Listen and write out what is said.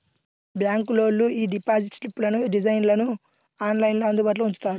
బ్యాంకులోళ్ళు యీ డిపాజిట్ స్లిప్పుల డిజైన్లను ఆన్లైన్లో అందుబాటులో ఉంచుతారు